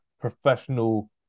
professional